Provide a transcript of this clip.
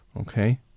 okay